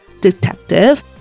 detective